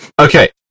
Okay